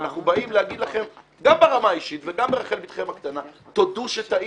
אנחנו באים להגיד לכם גם ברמה האישית וגם ברחל בתכם הקטנה: תודו שטעיתם.